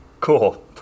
Cool